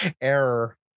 error